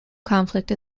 conflict